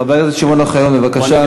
חבר הכנסת שמעון אוחיון, בבקשה.